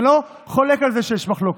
ואני לא חולק על זה שיש מחלוקת,